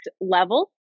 level